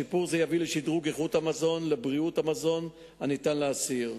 שיפור זה יביא לשדרוג איכות המזון ולבריאות המזון הניתן לאסיר.